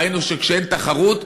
ראינו שכשאין תחרות,